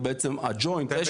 אבל בעצם הג'וינט.